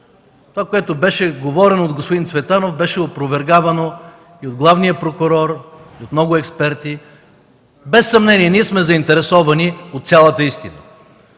Това, което беше говорено от господин Цветанов, беше опровергавано и от главния прокурор, и от много експерти. Без съмнение ние сме заинтересовани от цялата истина,